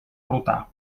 rotar